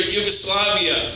Yugoslavia